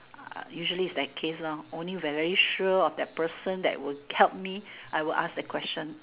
ah usually is that case lor only when I'm very sure of that person that will help me I will ask the question